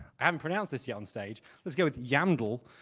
i haven't pronounced this yet on stage, let's go with yamdl,